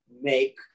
make